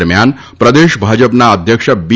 દરમિયાન પ્રદેશ ભાજપના અધ્યક્ષ બી